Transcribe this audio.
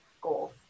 goals